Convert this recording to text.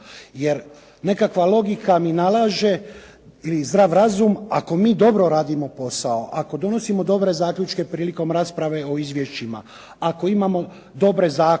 Jer nekakva logika mi nalaže ili zdrav razum ako mi dobro radimo posao, ako donosimo dobre zaključke prilikom rasprave o izvješćima, ako imamo dobre zakone